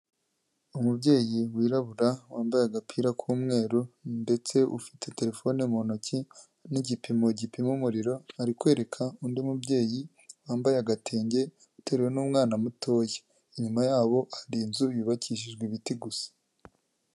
Umubyeyi wirabura wambaye agapira k'umweru ndetse ufite telefone mu ntoki n'igipimo gipima umuriro ari kwereka undi mubyeyi wambaye agatenge uteruye n'umwana mutoya, inyuma yabo hari inzu yubakishijwe ibiti gusa.